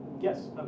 Yes